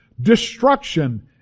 Destruction